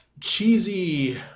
cheesy